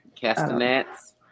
Castanets